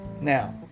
now